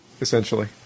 Essentially